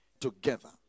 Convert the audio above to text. together